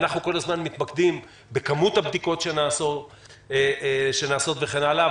ואנחנו כל הזמן מתמקדים בכמות הבדיקות שנעשות וכן הלאה,